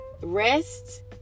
rest